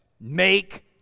Make